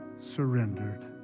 surrendered